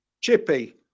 Chippy